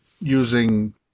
using